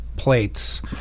plates